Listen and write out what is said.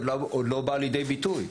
עוד לא באה לידי ביטוי.